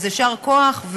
אז יישר כוח.